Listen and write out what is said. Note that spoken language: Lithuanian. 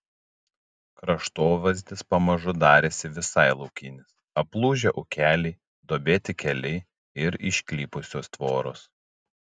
kraštovaizdis pamažu darėsi visai laukinis aplūžę ūkeliai duobėti keliai ir išklypusios tvoros